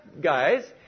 guys